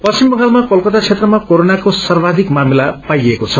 पश्चिम बंगालमा कलकता क्षेत्रमा कोरोनाको सर्वाधिक मामिला पाइएको छ